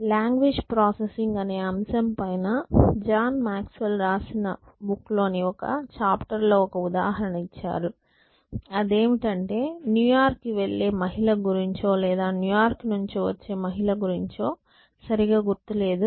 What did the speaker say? language processing అనే అంశం పై న జాన్ మాక్స్వెల్ రాసిన బుక్ లో ని ఒక చాప్టర్ లో ఒక ఉదాహరణ ఇచ్చారు అదేమిటంటే న్యూయార్క్ కి వెళ్లిన మహిళా గురించో లేదా న్యూయార్క్ నుంచి వచ్చే మహిళా గురించో సరిగా గుర్తు లేదు